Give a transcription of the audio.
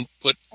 put